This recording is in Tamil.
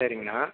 சரிங்கண்ணா